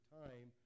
time